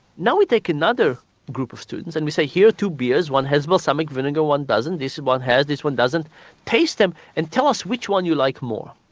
now we take another group of students and we say here are two beers, one has balsamic vinegar, one doesn't this one has, this one doesn't taste them and tell us which one you like more.